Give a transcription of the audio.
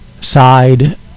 side